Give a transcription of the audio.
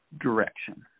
direction